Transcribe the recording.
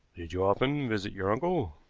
did you often visit your uncle?